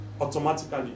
Automatically